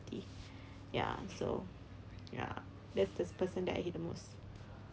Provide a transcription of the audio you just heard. ya so ya there's this person that I hate the most